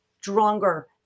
stronger